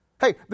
Hey